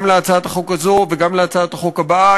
גם להצעת החוק הזו וגם להצעת החוק הבאה,